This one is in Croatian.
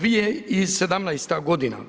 2017. godina.